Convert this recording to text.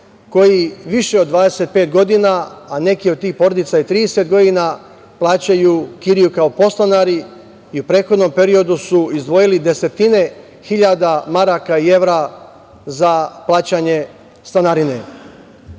koji više od 25 godina, a neke od tih porodica i 30 godina, plaćaju kiriju kao podstanari i u prethodnom periodu su izdvojili desetine hiljada maraka i evra za plaćanje stanarine. Pre